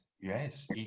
Yes